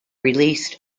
released